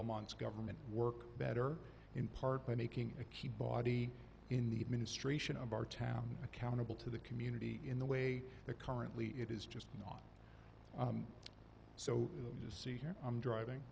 the months government work better in part by making a key body in the administration of our town accountable to the community in the way the currently it is just not so you see here i'm driving